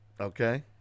Okay